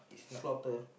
slaughter